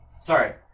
Sorry